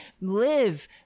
live